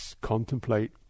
contemplate